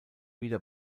wieder